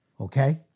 Okay